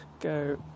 go